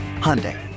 Hyundai